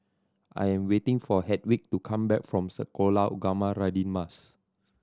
I am waiting for Hedwig to come back from Sekolah Ugama Radin Mas